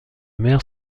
mère